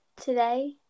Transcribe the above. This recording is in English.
Today